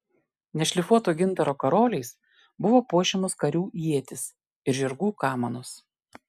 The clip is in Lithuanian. nešlifuoto gintaro karoliais buvo puošiamos karių ietys ir žirgų kamanos